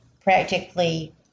practically